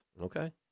Okay